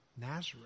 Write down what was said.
Nazareth